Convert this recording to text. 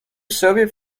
soviet